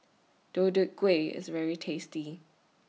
Deodeok Gui IS very tasty